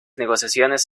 negociaciones